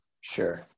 Sure